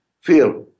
Fear